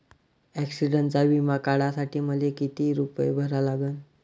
ॲक्सिडंटचा बिमा काढा साठी मले किती रूपे भरा लागन?